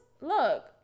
look